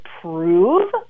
prove